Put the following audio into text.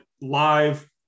live